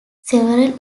several